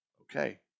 Okay